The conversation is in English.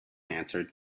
answered